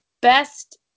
Best